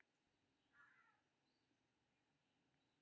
GST एकटा सामान्य कर छियै, जे दुनियाक अधिकांश देश मे प्रचलित छै